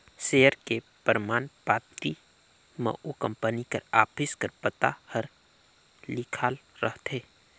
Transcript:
share के परमान पाती म ओ कंपनी कर ऑफिस कर पता हर लिखाल रहथे